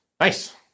Nice